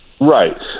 Right